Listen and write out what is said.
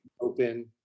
open